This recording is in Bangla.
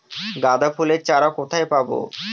গাঁদা ফুলের চারা কোথায় পাবো?